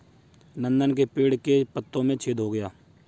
नंदन के पेड़ के पत्तों में छेद हो गया है